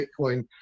Bitcoin